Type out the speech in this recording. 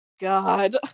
God